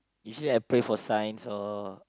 usually I pray for signs or